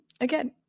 again